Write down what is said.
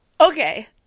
Okay